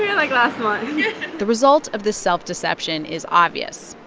yeah like, last month the result of this self-deception is obvious.